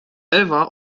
ewa